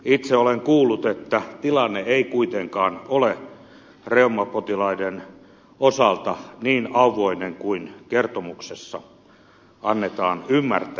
itse olen kuullut että tilanne ei kuitenkaan ole reumapotilaiden osalta niin auvoinen kuin kertomuksessa annetaan ymmärtää